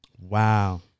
Wow